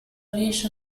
riesce